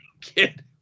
Kid